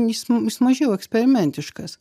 jis jis mažiau eksperimentiškas